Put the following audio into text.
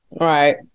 Right